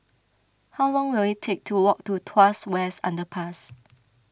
how long will it take to walk to Tuas West Underpass